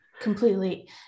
Completely